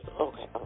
Okay